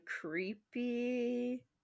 creepy